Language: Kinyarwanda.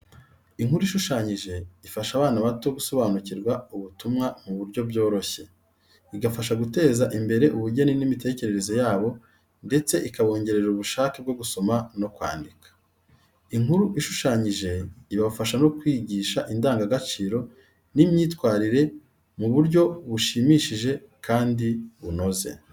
Inkuru ishushanyije ifasha abana bato gusobanukirwa ubutumwa mu buryo byoroshye, igafasha guteza imbere ubugeni n’imitekerereze yabo ndetse ikabongerera ubushake bwo gusoma no kwandika. Inkuru ishushanyije ibafasha no kwigisha indangagaciro n’imyitwarire mu buryo bushimishije kandi bunoze.